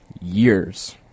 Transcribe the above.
years